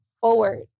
forward